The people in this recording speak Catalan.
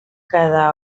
cada